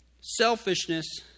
selfishness